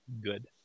good